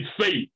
faith